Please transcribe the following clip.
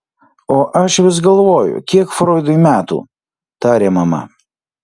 o aš vis galvoju kiek froidui metų tarė mama